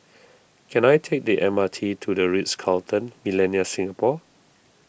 can I take the M R T to the Ritz Carlton Millenia Singapore